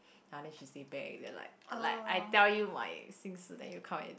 ah then she say back then like like I tell you my then you come and